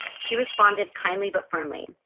she responded kindly but firmly.